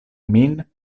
min